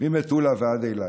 ממטולה ועד אילת.